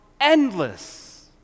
endless